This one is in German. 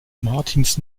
martins